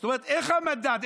זאת אומרת, איך המדד?